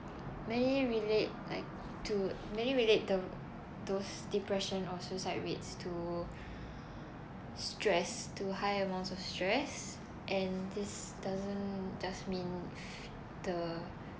maybe relate like to maybe relate the those depression or suicide rates to to stress too high amounts of stress and this doesn't just mean the